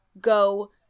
go